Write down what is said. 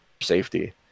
Safety